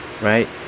Right